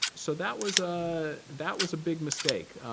so that was ah that was a big mistake.